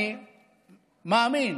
אני מאמין